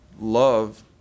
love